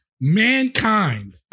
Mankind